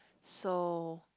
so